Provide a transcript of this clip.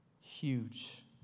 huge